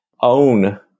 own